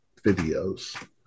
videos